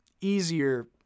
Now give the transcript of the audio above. easier